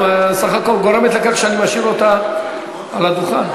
את בסך הכול גורמת לכך שאני משאיר אותה על הדוכן.